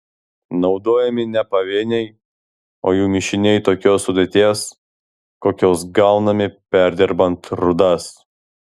naudojami ne pavieniai o jų mišiniai tokios sudėties kokios gaunami perdirbant rūdas